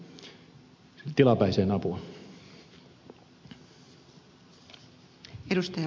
arvoisa puhemies